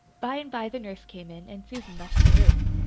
by and by the nurse came in, and susan left the room.